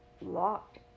locked